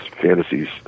fantasies